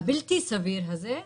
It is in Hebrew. הבלתי סביר הזה,